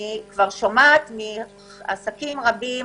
אני כבר שומעת מעסקים רבים,